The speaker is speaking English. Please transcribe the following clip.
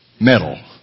metal